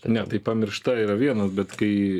ne tai pamiršta yra vienas bet kai